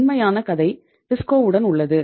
உண்மையான கதை டிஸ்கோவுடன் உள்ளது